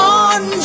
on